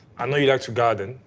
i know you like to garden.